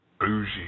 Bougie